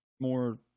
more